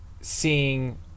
seeing